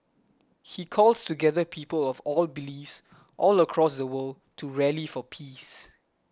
he calls together people of all beliefs all across the world to rally for peace